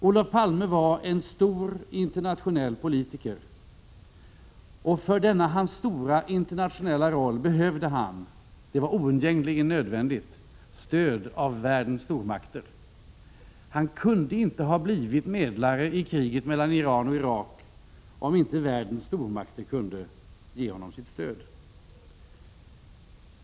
Olof Palmé var en stor internationell politiker. För denna sin stora internationella roll behövde han — det var oundgängligen nödvändigt — stöd av världens stormakter. Han kunde inte ha blivit medlare i kriget mellan Iran och Irak om inte världens stormakter hade givit honom sitt stöd.